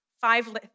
five